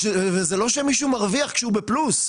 וזה לא שמישהו מרוויח כשהוא בפלוס.